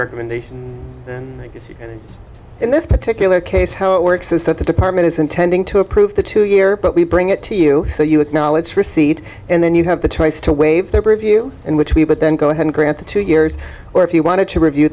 recommendation in this particular case how it works is that the department is intending to approve the two year but we bring it to you so you acknowledge receipt and then you have the choice to waive their purview and which we but then go ahead and grant the two years or if you want to review